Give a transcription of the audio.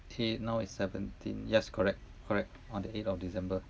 eight now is seventeen yes correct correct on the eight of december